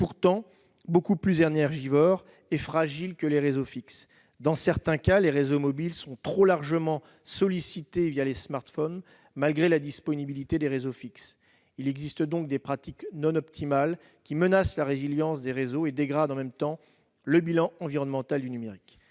pourtant beaucoup plus énergivores et fragiles que les réseaux fixes. Dans certains cas, les réseaux mobiles sont trop largement sollicités les smartphones, malgré la disponibilité des réseaux fixes. Il existe donc des pratiques non optimales, qui menacent la résilience des réseaux et dégradent le bilan environnemental du numérique.